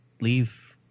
Leave